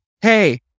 hey